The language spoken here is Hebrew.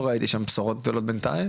אני לא ראיתי שם בשורות גדולות בינתיים,